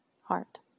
heart